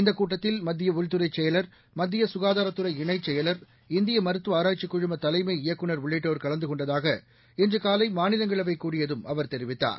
இந்தக் கூட்டத்தில் மத்திய உள்துறைச் செயலர் மத்திய ககாதாரத் துறை இணைச் செயலர் இந்திய மருத்துவ ஆராய்ச்சிக் குழும தலைமை இயக்குநர் உள்ளிட்டோர் கலந்து கொண்டதாக இன்று காலை மாநிலங்களவை கூடியதும் அவர் தெரிவித்தார்